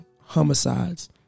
Homicides